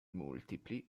multipli